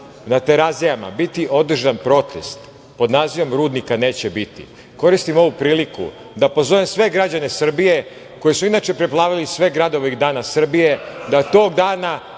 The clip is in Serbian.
na Terazijama biti održan protest pod nazivom „Rudnika neće biti“. Koristim ovu priliku da pozovem sve građane Srbije koji su inače preplavili sve gradove ovih dana Srbije da tog dana